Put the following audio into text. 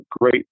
great